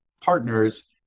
partners